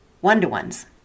one-to-ones